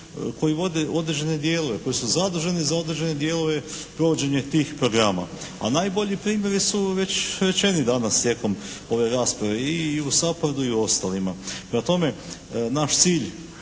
koji vode određene dijelove, koji su zaduženi za određene dijelove provođenje tih programa. A najbolji primjeri su već rečeni danas tijekom ove rasprave i u SAPARD-u i u ostalima. Prema tome, naš cilj